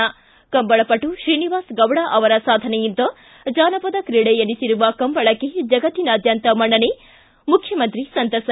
ಿ ಕಂಬಳಪಟು ಶ್ರೀನಿವಾಸ ಗೌಡ ಅವರ ಸಾಧನೆಯಿಂದ ಜಾನಪದ ಕ್ರೀಡೆ ಎನಿಸಿರುವ ಕಂಬಳಕ್ಕೆ ಜಗತ್ತಿನಾದ್ದಂತ ಮನ್ನಣೆ ಮುಖ್ಯಮಂತ್ರಿ ಸಂತಸ